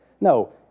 No